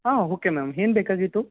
ಹಾಂ okay ma'am ಏನ್ ಬೇಕಾಗಿತ್ತು